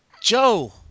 Joe